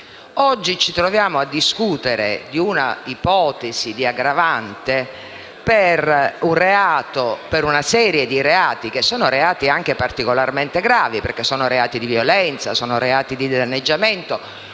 Oggi ci troviamo a discutere di un'ipotesi di aggravante per una serie di reati che sono anche particolarmente gravi, perché sono reati di violenza e di danneggiamento.